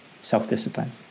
self-discipline